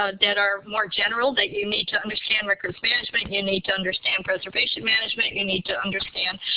ah that are more general. that you need to understand records management, you need to understand preservation management. you need to understand,